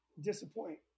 disappoint